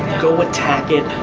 go attack it.